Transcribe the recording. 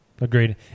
agreed